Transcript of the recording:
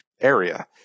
area